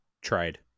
trade